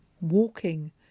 walking